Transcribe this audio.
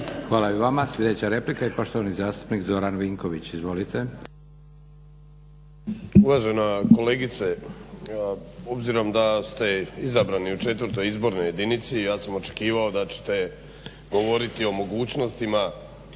Hvala i vama. Sljedeća replika i poštovani zastupnik Zoran Vinković. Izvolite. **Vinković, Zoran (HDSSB)** Uvažena kolegice, obzirom da ste izabrani u četvrtoj izbornoj jedinici ja sam očekivao da ćete govoriti o mogućnostima